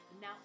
Now